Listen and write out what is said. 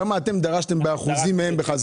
כמה אתם דרשתם מהם באחוזים בחזרה?